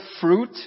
fruit